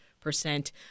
percent